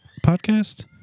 podcast